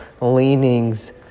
leanings